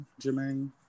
Jermaine